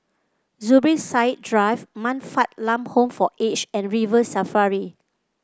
Zubir Said Drive Man Fatt Lam Home for Aged and River Safari